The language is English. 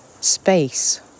space